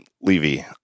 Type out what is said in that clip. Levy –